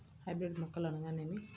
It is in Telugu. హైబ్రిడ్ మొక్కలు అనగానేమి?